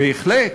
בהחלט.